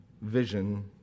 vision